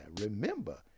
remember